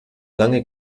lange